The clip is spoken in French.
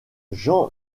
jan